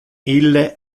ille